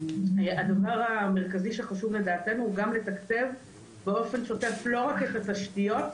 הדבר המרכזי שחשוב לדעתנו הוא גם לתקצב באופן שוטף לא רק את התשתיות,